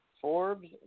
Forbes